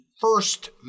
first